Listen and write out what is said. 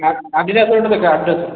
ଆଡ଼ିଦାସ୍ର ଗୋଟେ ଦେଖା ଆଡ଼ିଦାସ୍ର